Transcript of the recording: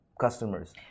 Customers